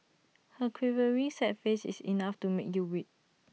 her quivering sad face is enough to make you weep